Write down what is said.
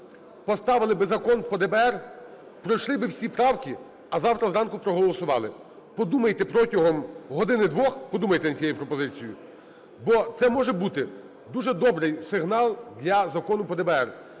поставили б закон по ДБР, пройшли б всі правки, а завтра зранку проголосували. Подумайте протягом години-двох, подумайте над цією пропозицією, бо це може бути дуже добрий сигнал для Закону по ДБР,